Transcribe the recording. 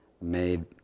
made